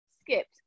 skipped